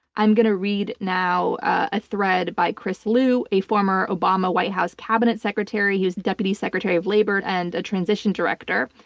i'm going to read, now, a thread by chris lu, a former obama white house cabinet secretary who was deputy secretary of labor and a transition director.